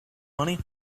money